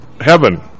heaven